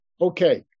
Okay